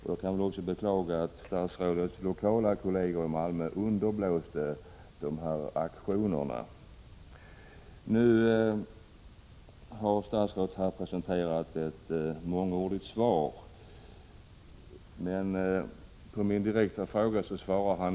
Jag beklagar att statsrådets lokala partikolleger i Malmö underblåste dessa aktioner. Statsrådet har nu presenterat ett mångordigt svar, men på min direkta fråga är svaret nej.